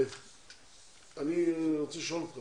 אני רוצה לשאול אותך